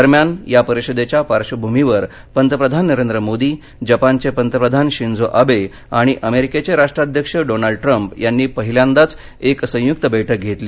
दरम्यान या परिषदेच्या पार्श्वभूमीवर पतप्रधान नरेंद्र मोदी जपानचे पतप्रधान शिंजो आवे आणि अमेरिकेचे राष्ट्राध्यक्ष डोनाल्ड ट्रम्प यांनी पहिल्यांदाच एक संयुक्त बैठक घेतली